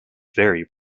very